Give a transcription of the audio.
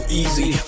easy